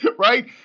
right